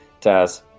Taz